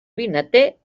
vinater